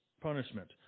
punishment